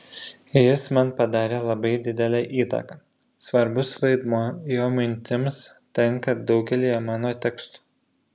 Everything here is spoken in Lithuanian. jis man padarė labai didelę įtaką svarbus vaidmuo jo mintims tenka daugelyje mano tekstų